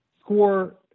score